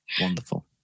Wonderful